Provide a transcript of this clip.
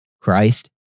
Christ